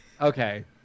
okay